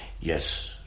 yes